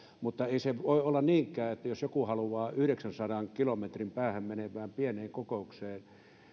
mutta se voi olla niinkin että jos joku haluaa yhdeksänsadan kilometrin päässä järjestettävään pieneen kokoukseen